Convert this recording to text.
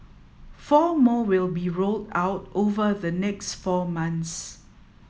four more will be rolled out over the next four months